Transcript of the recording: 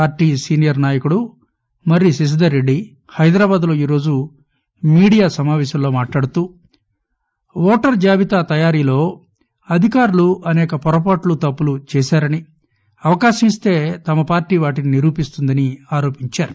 పార్టీసీనియర్నా యకులుమర్రిశశిధర్రెడ్డిహైదరాబాద్లో ఈరోజుమీడియాసమావేశంలో మాట్లా డుతూఓటర్లజాబితాతయారీలో అధికారులఅసేకపొరపాట్లుతప్పులుచేశారని అవకాశమిస్తేపార్టీవాటినినిరూపిస్తోందనిఆరోపించారు